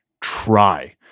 try